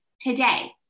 today